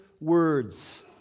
words